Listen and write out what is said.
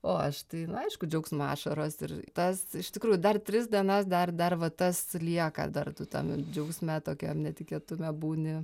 o aš tai aišku džiaugsmo ašaros ir tas iš tikrųjų dar tris dienas dar dar va tas lieka dar tam džiaugsme tokiam netikėtume būni